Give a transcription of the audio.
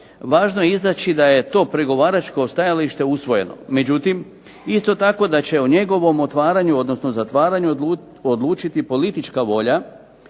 važno je istaći da je to pregovaračko stajalište usvojeno. Međutim, isto tako da će o njegovom otvaranju, odnosno zatvaranju odlučiti politička volja